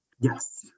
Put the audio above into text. Yes